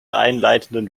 einleitenden